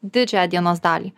didžiąją dienos dalį